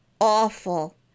awful